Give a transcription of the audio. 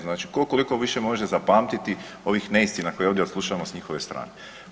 Znači tko koliko više može zapamtiti ovih neistina koje ovdje odslušamo s njihove strane.